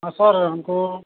हाँ सर हमको